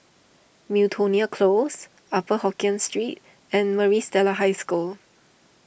Miltonia Close Upper Hokkien Street and Maris Stella High School